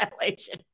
violation